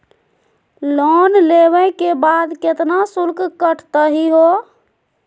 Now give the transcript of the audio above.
Loan लेवे के बाद केतना शुल्क कटतही हो?